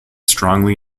strongly